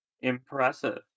Impressive